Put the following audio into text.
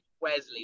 Wesley